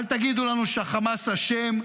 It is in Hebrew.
אל תגידו לנו שהחמאס אשם.